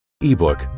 ebook